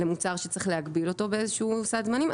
למוצר שצריך להגביל אותו באיזשהו סד זמנים,